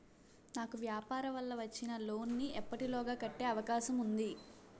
నాకు వ్యాపార వల్ల వచ్చిన లోన్ నీ ఎప్పటిలోగా కట్టే అవకాశం ఉంది?